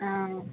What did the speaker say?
ஆ